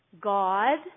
God